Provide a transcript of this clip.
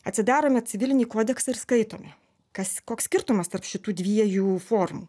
atsidarome civilinį kodeksą ir skaitome kas koks skirtumas tarp šitų dviejų formų